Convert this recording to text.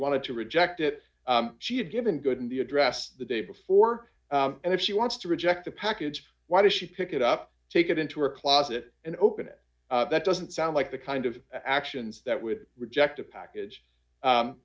wanted to reject it she had given good in the address the day before and if she wants to reject the package why did she pick it up take it into a closet and open it that doesn't sound like the kind of actions that would reject a package